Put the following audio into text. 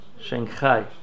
Shanghai